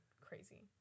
crazy